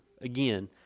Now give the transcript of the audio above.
again